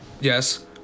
yes